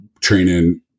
training